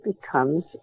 becomes